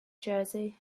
jersey